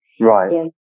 Right